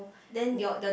then